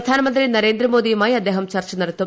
പ്രധാനമന്ത്രി നരേന്ദ്രമോദിയുമായി അദ്ദേഹം ചർച്ച നടത്തും